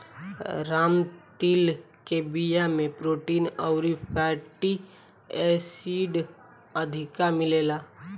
राम तिल के बिया में प्रोटीन अउरी फैटी एसिड अधिका मिलेला